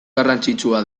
garrantzitsua